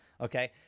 Okay